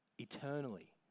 eternally